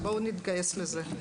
אז בואו נתגייס לזה.